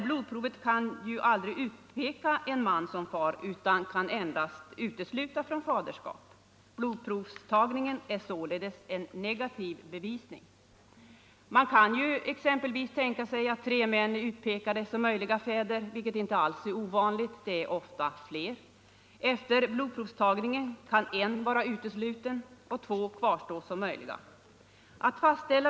Blodprovet kan dock aldrig ”utpeka” en man som far utan kan endast utesluta från faderskap. Blodprovstagningen är således en negativ bevisning. Man kan exempelvis tänka sig att tre män är utpekade som möjliga fäder, vilket inte alls är ovanligt — ofta är det fler. Efter blodprovstagningen kan en vara utesluten och två kvarstå som möjliga.